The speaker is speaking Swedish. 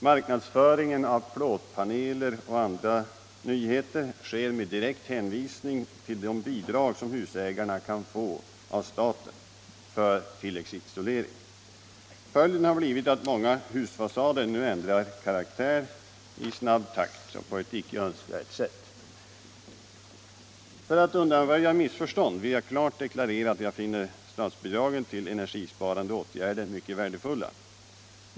Marknadsföringen av plåtpaneler och andra nyheter sker med direkt hänvisning till de bidrag som husägarna kan få av staten för tilläggsisolering. Följden har blivit att många husfasader nu ändrar karaktär i snabb takt och på ett icke önskvärt sätt. För att undanröja missförstånd vill jag klart deklarera att jag finner statsbidragen till energisparande åtgärder mycket värdefulla.